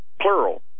plural